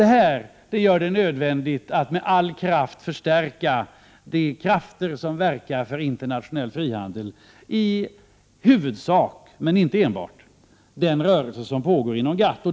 Detta gör det nödvändigt att med all kraft förstärka de krafter som i huvudsak verkar för frihandel, men inte enbart. Det är den rörelsen som pågår inom GATT.